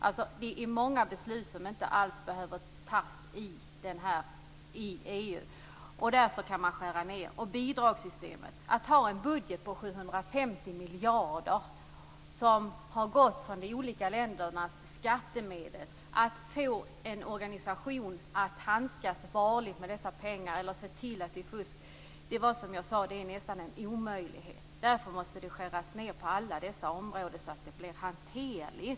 Det är många beslut som inte alls behöver fattas i EU. Därför kan man skära ned. Sedan har vi bidragssystemet. Man har en budget på 750 miljarder som består av skattemedel från de olika länderna. Att få en organisation att handskas varligt med dessa pengar eller se till att det inte fuskas är nästan en omöjlighet. Därför måste det skäras ned på alla områden så att det blir hanterligt.